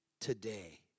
today